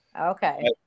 Okay